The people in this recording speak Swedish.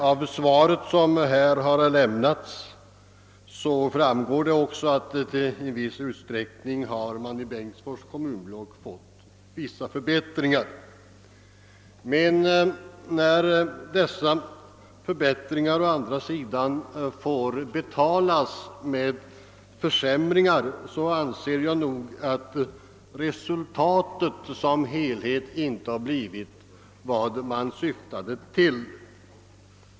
Av svaret som lämnats framgår också att det blivit vissa förbättringar i Bengtsfors kommunblock. Då dessa förbättringar å andra sidan får betalas med försämringar anser jag att resultatet som helhet inte blivit vad man syftade till.